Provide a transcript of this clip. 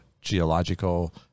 geological